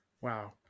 wow